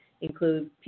include